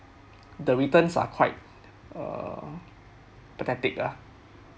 the returns are quite err pathetic lah